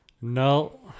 No